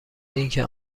اینکه